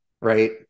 right